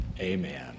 amen